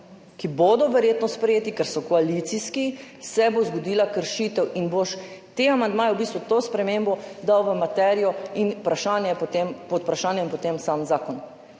ki bodo verjetno sprejeti, ker so koalicijski, se bo zgodila kršitev in boš te amandmaje, v bistvu to spremembo dal v materijo. In pod vprašajem je potem sam zakon.